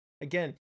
Again